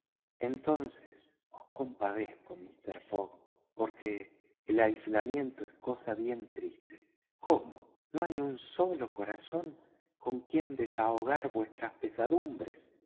tengo parientes entonces os compadezco mister fogg porque el aislamiento es cosa bien triste cómo no hay un solo corazón con quien desahogar vuestras pesadumbres